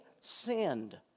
sinned